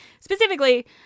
Specifically